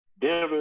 Denver